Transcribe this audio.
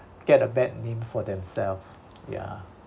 get a bad name for themselves ya